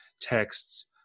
texts